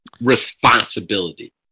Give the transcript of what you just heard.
responsibility